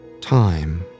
time